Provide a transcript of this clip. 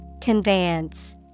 conveyance